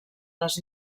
les